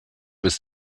was